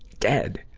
dead!